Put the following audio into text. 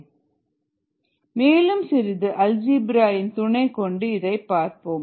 k1Et ESS k2k3ES மேலும் சிறிது algebra பின் துணைகொண்டு இதை பார்ப்போம்